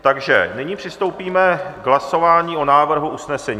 Takže nyní přistoupíme k hlasování o návrhu usnesení.